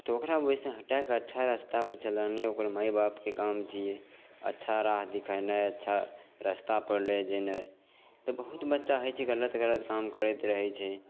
तऽ ओकरा ओहिसे हटैके अच्छा रस्तापर चलेनाइ ओकर माइबापके काम छिए अच्छा राह देखेनाइ अच्छा रस्तापर लै जेनाइ तऽ बहुत बच्चा होइ छै गलत गलत काम करैत रहै छै